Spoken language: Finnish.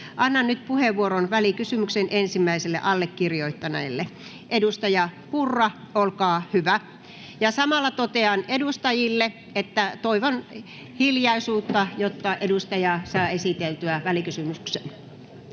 Annan nyt puheenvuoron välikysymyksen ensimmäiselle allekirjoittajalle. — Edustaja Purra, olkaa hyvä. Ja samalla totean edustajille, että toivon hiljaisuutta, jotta edustaja saa esiteltyä välikysymyksen.